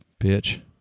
bitch